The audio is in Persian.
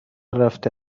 رفته